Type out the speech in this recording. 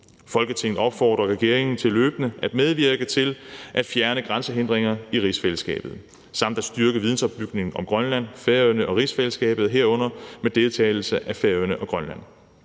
Folketinget opfordrer regeringen til løbende at medvirke til at fjerne grænsehindringer i rigsfællesskabet samt at styrke vidensopbygningen om Grønland, Færøerne og rigsfællesskabet, herunder med deltagelse af Færøerne og Grønland.